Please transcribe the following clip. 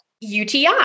UTI